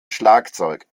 schlagzeug